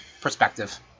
perspective